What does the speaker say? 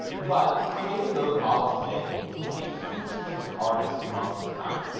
but creating those models today can take huge teams of artists months of time.